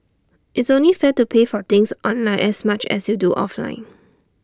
it's only fair to pay for things online as much as you do offline